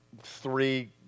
three